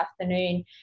afternoon